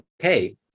okay